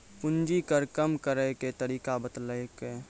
पूंजी कर कम करैय के तरीका बतैलकै